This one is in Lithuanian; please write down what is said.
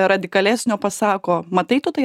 radikalesnio pasako matai tu tai